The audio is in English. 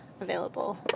available